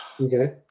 Okay